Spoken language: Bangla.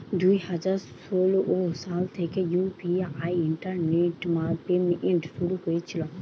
দুই হাজার ষোলো সাল থেকে ইউ.পি.আই ইন্টারনেট পেমেন্ট শুরু হয়েছিল